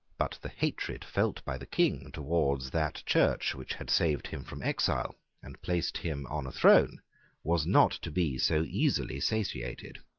but the hatred felt by the king towards that church which had saved him from exile and placed him on a throne was not to be so easily satiated.